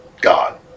God